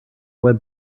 web